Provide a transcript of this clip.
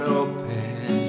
open